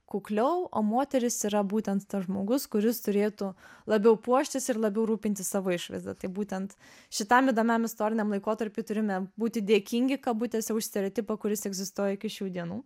kukliau o moterys yra būtent tas žmogus kuris turėtų labiau puoštis ir labiau rūpintis savo išvaizda tai būtent šitam įdomiam istoriniam laikotarpiui turime būti dėkingi kabutėse už stereotipą kuris egzistuoja iki šių dienų